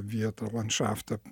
vietą landšaftą